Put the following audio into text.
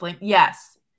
yes